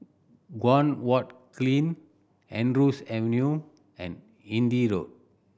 Guan Huat Kiln Andrews Avenue and Hindhede Road